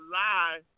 lie